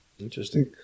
Interesting